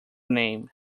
name